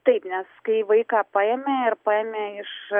taip nes kai vaiką paėmė ir paėmė iš